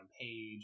Page